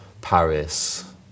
Paris